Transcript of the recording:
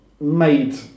made